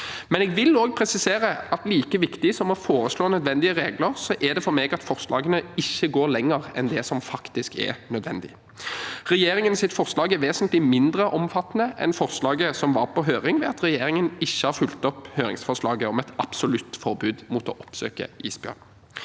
Men jeg vil også presisere at like viktig som å foreslå nødvendige regler, er det for meg at forslagene ikke går lenger enn det som faktisk er nødvendig. Regjeringens forslag er vesentlig mindre omfattende enn forslaget som var på høring, ved at regjeringen ikke har fulgt opp høringsforslaget om et absolutt forbud mot å oppsøke isbjørn.